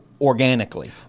organically